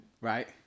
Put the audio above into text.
Right